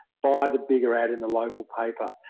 buy the bigger ad in the local paper,